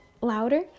louder